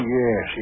yes